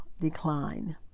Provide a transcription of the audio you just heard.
decline